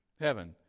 heaven